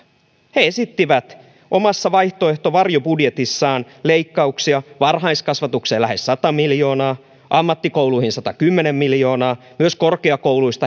he esittivät omassa vaihtoehto varjobudjetissaan leikkauksia varhaiskasvatukseen lähes sata miljoonaa ammattikouluihin satakymmentä miljoonaa ja myös korkeakouluihin